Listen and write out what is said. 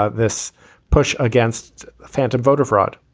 ah this push against phantom voter fraud?